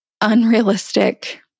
unrealistic